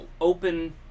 open